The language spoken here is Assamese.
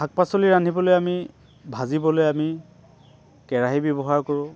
শাক পাচলি আমি ৰান্ধিবলৈ আমি ভাজিবলৈ আমি কেৰাহী ব্যৱহাৰ কৰোঁ